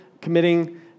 committing